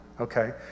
Okay